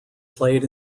played